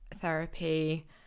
therapy